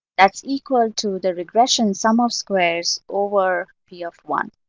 that's equal to the regression sum of squares over p of one.